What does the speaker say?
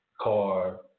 car